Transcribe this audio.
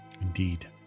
Indeed